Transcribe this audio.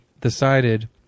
decided